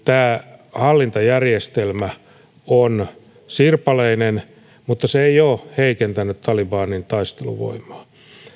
tämä hallintajärjestelmä on sirpaleinen mutta se ei ole heikentänyt talibanin taisteluvoimaa